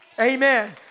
Amen